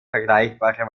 vergleichbare